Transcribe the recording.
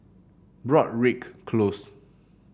Broadrick Close